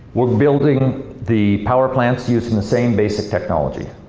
we're building the power plants using the same basic technology.